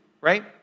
right